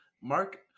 Mark